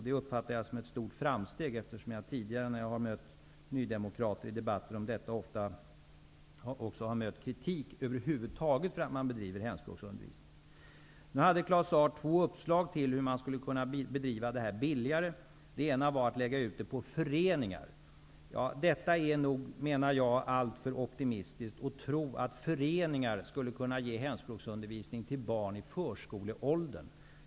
Det uppfattar jag som ett stort framsteg eftersom jag tidigare, när jag har mött nydemokrater i debatter om detta, ofta har hört kritik för att man över huvud taget bedriver hemspråksundervisning. Nu hade Claus Zaar två uppslag till hur man skulle kunna bedriva denna verksamhet billigare. Det ena var att lägga ut den på föreningar. Det är nog alltför optimistiskt, menar jag, att tro att föreningar skulle kunna ge hemspråksundervisning till barn i förskoleåldern.